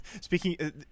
speaking